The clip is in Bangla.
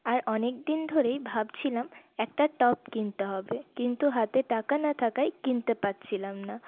আর অনেক দিন ধরেই ভাবছিলাম একটা টপ কিনতে হবে কিন্তু হাতে টাকা না থাকায় কিনতে পারছিলাম না